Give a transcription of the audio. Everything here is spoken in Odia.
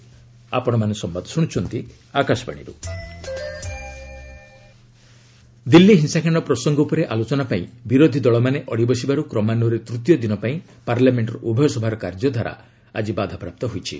ଓଭରଅଲ୍ ପାର୍ଲାମେଣ୍ଟ ଆଡଜର୍ଣ୍ଣ ଦିଲ୍ଲୀ ହିଂସାକାଣ୍ଡ ପ୍ରସଙ୍ଗ ଉପରେ ଆଲୋଚନା ପାଇଁ ବିରୋଧୀ ଦଳମାନେ ଅଡିବସିବାରୁ କ୍ରମାନ୍ୱୟରେ ତୃତୀୟ ଦିନ ପାଇଁ ପାର୍ଲାମେଣ୍ଟର ଉଭୟସଭାର କାର୍ଯ୍ୟଧାରା ବାଧାପ୍ରାପ୍ତ ହୋଇଛି